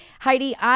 Heidi